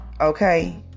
okay